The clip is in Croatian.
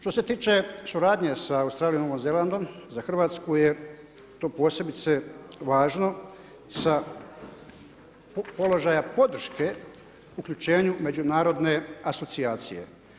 Što se tiče suradnje sa Australijom i Novim Zelandom za Hrvatsku je to posebice važno sa položaja podrške uključenju međunarodne asocijacije.